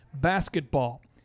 Basketball